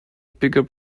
bigger